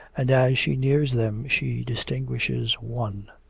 and as she nears them she distinguishes one.